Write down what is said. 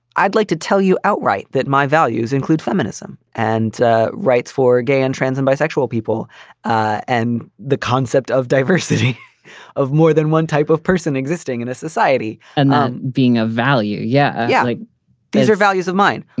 i'd like to tell you outright that my values include feminism and ah rights for gay and trans and bisexual people and the concept of diversity of more than one type of person existing in a society and then being of value yeah. yeah these are values of mine.